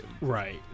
Right